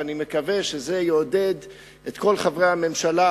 ואני מקווה שזה יעודד את כל חברי הממשלה